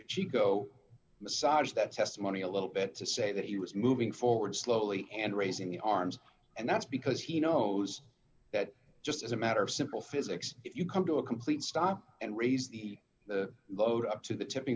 chico massage that testimony a little bit to say that he was moving forward slowly and raising the arms and that's because he knows that just as a matter of simple physics if you come to a complete stop and raise the load up to the tipping